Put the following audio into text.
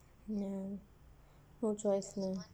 ya no choice lor